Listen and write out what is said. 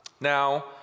Now